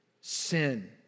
sin